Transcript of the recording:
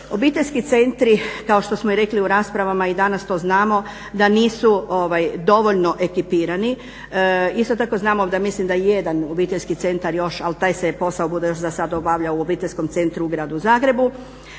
Obiteljski centri kao što smo i rekli u raspravama danas, to znamo, da nisu dovoljno ekipirani. Isto tako znamo da mislim da jedan obiteljski centar još ali taj se posao bude još zasad obavljao u obiteljskom centru u Gradu Zagrebu